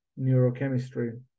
neurochemistry